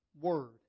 word